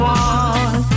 one